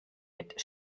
mit